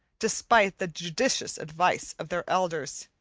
despite the judicious advice of their elders.